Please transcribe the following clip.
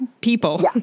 people